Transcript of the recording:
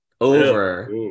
over